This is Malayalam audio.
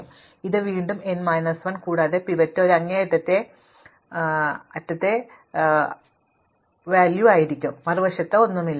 അതിനാൽ ഇത് വീണ്ടും n മൈനസ് 1 കൂടാതെ പിവറ്റ് ഒരു അങ്ങേയറ്റത്തെ അറ്റത്തുള്ള ഒന്നായിരിക്കും മറുവശത്ത് ഒന്നുമില്ല